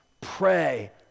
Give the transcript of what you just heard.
pray